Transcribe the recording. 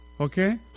okay